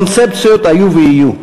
קונספציות היו ויהיו.